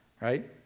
right